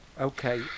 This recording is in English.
Okay